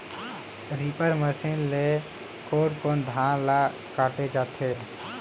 Reaper machine ले कोन कोन धान ल काटे जाथे?